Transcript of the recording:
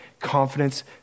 confidence